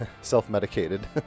self-medicated